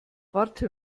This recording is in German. warte